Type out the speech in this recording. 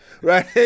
right